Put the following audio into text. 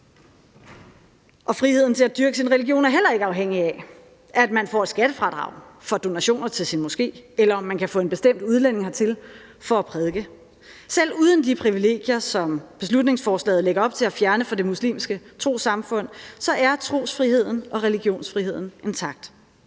Friheden til at dyrke sin religion er heller ikke afhængig af, at man får et skattefradrag for donationer til sin moské, eller om man kan få en bestemt udlænding hertil for at prædike. Selv uden de privilegier, som beslutningsforslaget lægger op til at fjerne fra det muslimske trossamfund, er trosfriheden og religionsfriheden intakt.